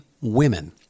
women